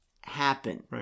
happen